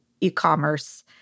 e-commerce